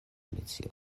alicio